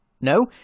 No